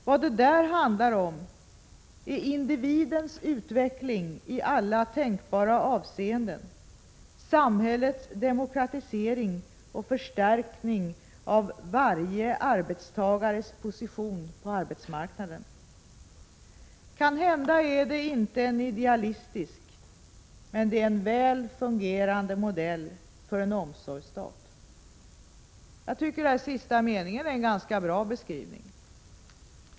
Vad det där handlar om är individens utveckling i alla tänkbara avseenden, samhällets demokratisering och förstärkning av varje arbetstagares position på arbetsmarknaden. Kanhända är det inte en idealisk, men det är en väl fungerande modell för en omsorgsstat. Denna sista mening är en ganska bra beskrivning.